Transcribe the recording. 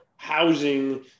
housing